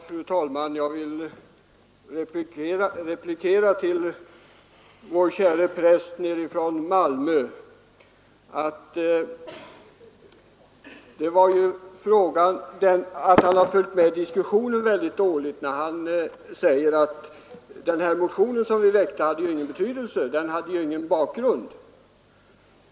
Fru talman! Jag vill replikera till vår käre präst nerifrån Malmö att han har följt med i diskussionen mycket dåligt när han säger att den motion som vi väckte inte hade någon bakgrund.